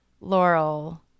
Laurel